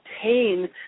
obtain